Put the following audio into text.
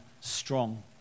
strong